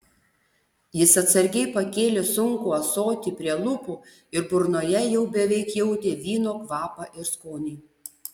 jis atsargiai pakėlė sunkų ąsotį prie lūpų ir burnoje jau beveik jautė vyno kvapą ir skonį